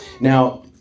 Now